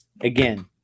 again